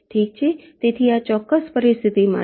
ઠીક છે તેથી આ ચોક્કસ પરિસ્થિતિ માટે